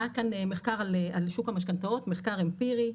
היה כאן מחקר על שוק המשכנתאות, מחקר אמפירי,